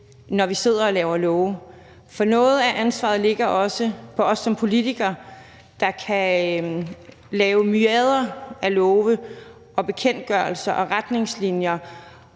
når vi sidder og laver love. For noget af ansvaret ligger også hos os som politikere, der kan lave myriader af love, bekendtgørelser, retningslinjer